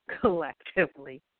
collectively